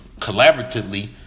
collaboratively